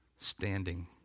standing